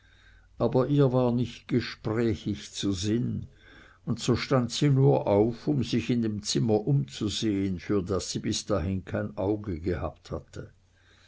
aber ihr war nicht gesprächig zu sinn und so stand sie nur auf um sich in dem zimmer umzusehen für das sie bis dahin kein auge gehabt hatte